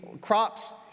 crops